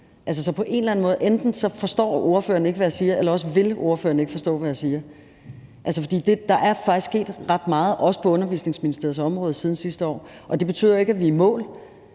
at enten forstår ordføreren ikke, hvad jeg siger, eller også vil ordføreren ikke forstå, hvad jeg siger. For der er faktisk sket ret meget, også på Undervisningsministeriets område, siden sidste år. Det betyder jo ikke, at vi er i mål.